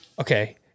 Okay